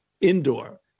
indoor